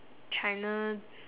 china